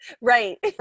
Right